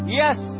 yes